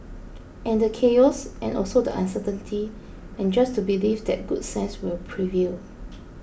and the chaos and also the uncertainty and just to believe that good sense will prevail